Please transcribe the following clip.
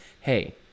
hey